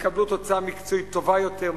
תקבלו תוצאה מקצועית טובה יותר,